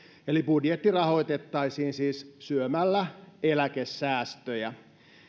eli budjetti rahoitettaisiin siis syömällä eläkesäästöjä